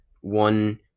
one